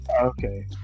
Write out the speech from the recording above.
Okay